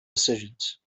decisions